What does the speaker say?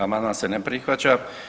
Amandman se ne prihvaća.